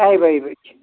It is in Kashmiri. کَہہِ بَہہِ بَجہِ